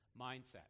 mindset